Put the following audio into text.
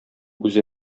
үзе